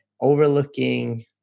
overlooking